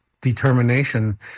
determination